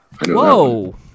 Whoa